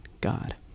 God